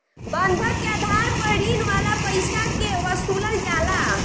बंधक के आधार पर ऋण वाला पईसा के वसूलल जाला